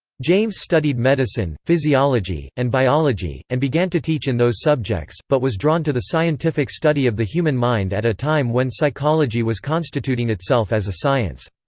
james studied medicine, physiology, and biology, and began to teach in those subjects, but was drawn to the scientific study of the human mind at a time when psychology was constituting itself as a science.